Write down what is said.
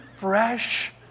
fresh